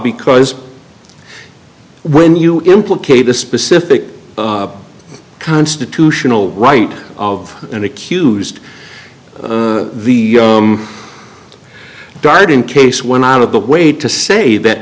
because when you implicate the specific constitutional right of an accused the died in case one out of the way to say that